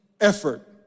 effort